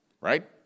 right